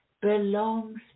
belongs